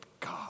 God